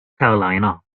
carolina